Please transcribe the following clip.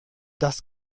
das